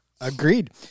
Agreed